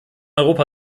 europa